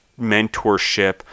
mentorship